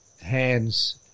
hands